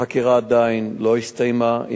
החקירה עדיין לא הסתיימה.